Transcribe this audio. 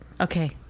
Okay